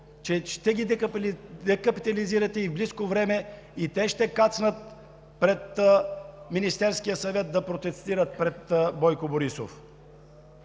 ще ги декапитализирате и в близко време и те ще кацнат пред Министерския съвет да протестират пред Бойко Борисов.